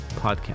Podcast